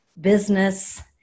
business